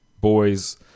boys